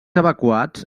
evacuats